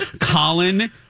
Colin